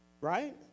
Right